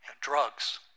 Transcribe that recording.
Drugs